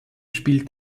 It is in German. spielt